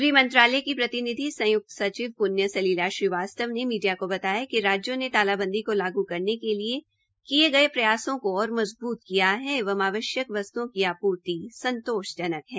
गृह मंत्रालय की प्रतिनिधि संयुक्त सचिव प्ण्य सलिला श्री वास्तव ने मीडिया को बताया कि राज्यों ने तालाबंदी को लागू करने के लिए किये गये प्रयासों को और मजबूत किया है एवं आवश्यक वस्त्ओं की आपूर्ति संतोषजनक है